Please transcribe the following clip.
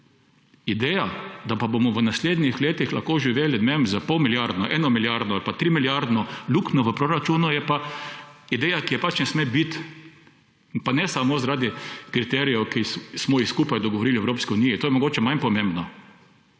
Ideja, da pa bomo v naslednjih letih lahko živeli, ne vem, s polmilijardno, enomilijardno ali trimilijardno luknjo v proračunu, je pa ideja, ki je pač ne sme biti. Pa ne samo zaradi kriterijev, ki smo jih skupaj dogovorili v Evropski uniji. To je mogoče manj pomembno.